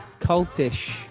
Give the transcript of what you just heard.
cultish